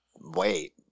Wait